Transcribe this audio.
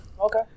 okay